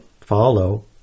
follow